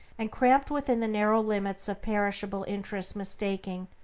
and cramped within the narrow limits of perishable interests mistaking,